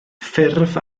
ffurf